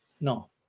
no